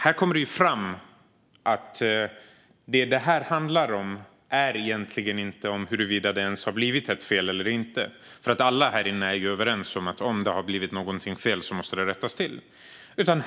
Här kommer det fram att det egentligen inte handlar om huruvida det har blivit ett fel eller inte. Alla här är överens om att om det har blivit något fel måste det rättas till.